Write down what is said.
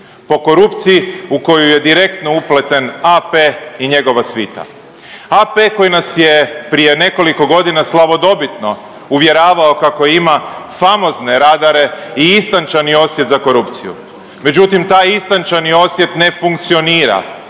po korupciji u koju je direktno upleten AP i njegova svita, AP koji nas je prije nekoliko godina slavodobitno uvjeravao kako ima famozne radare i istančani osjet za korupciju, međutim taj istančani osjet ne funkcionira